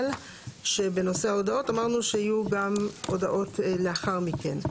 שבנושא ההודעות אמרנו שיהיו גם הודעות לאחר מכן.